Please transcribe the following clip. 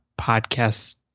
podcasts